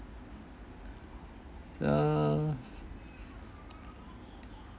so